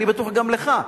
אני בטוח שגם לך,